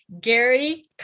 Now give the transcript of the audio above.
Gary